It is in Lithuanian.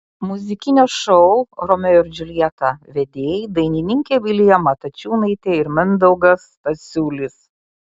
muzikinio šou romeo ir džiuljeta vedėjai dainininkė vilija matačiūnaitė ir mindaugas stasiulis